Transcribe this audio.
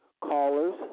callers